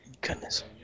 goodness